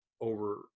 over